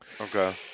Okay